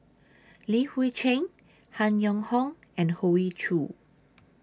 Li Hui Cheng Han Yong Hong and Hoey Choo